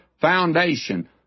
foundation